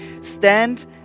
Stand